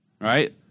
Right